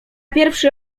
pierwszy